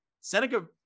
Seneca